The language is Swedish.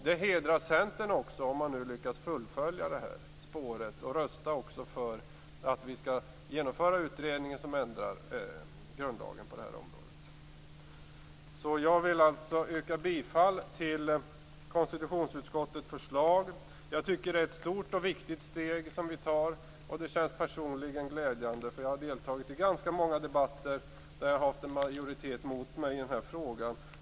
Det hedrar Centern också om man lyckas fullfölja detta spår och röstar för att vi skall genomföra utredningen så att grundlagen på detta område kan ändras. Jag vill alltså yrka bifall till konstitutionsutskottets förslag. Jag tycker att det är ett stort och viktigt steg som vi tar, och för mig personligen känns det glädjande, eftersom jag har deltagit i ganska många debatter där jag har haft en majoritet mot mig i denna fråga.